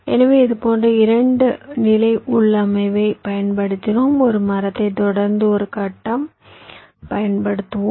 எனவே இதேபோன்ற 2 நிலை உள்ளமைவைப் பயன்படுத்தினோம் ஒரு மரத்தைத் தொடர்ந்து ஒரு கட்டம் பயன்படுத்துவோம்